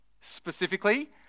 specifically